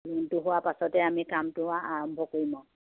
লোনটো হোৱাৰ পাছতে আমি কামটো আৰম্ভ কৰিম আৰু